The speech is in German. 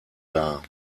dar